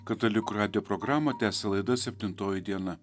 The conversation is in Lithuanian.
katalikų radijo programą tęsia laida septintoji diena